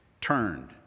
turned